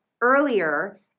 earlier